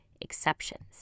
exceptions